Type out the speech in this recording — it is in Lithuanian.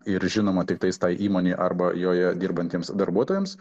ir žinoma tiktais tai įmonei arba joje dirbantiems darbuotojams